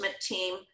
team